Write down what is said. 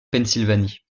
pennsylvanie